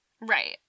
Right